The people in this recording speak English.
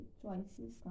choices